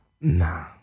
Nah